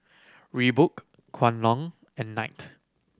Reebok Kwan Loong and Knight